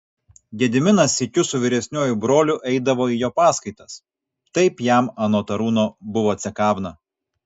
gediminas sykiu su vyresniuoju broliu eidavo į jo paskaitas taip jam anot arūno buvo cekavna